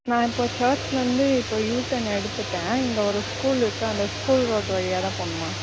நான் இப்போ சர்ச்லேருந்து இப்போ யூ டேர்ன் எடுத்துவிட்டேன் இங்கே ஒரு ஸ்கூல் இருக்குது அந்த ஸ்கூல் ரோட்டு வழியாக தான் போகணுமா